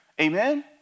Amen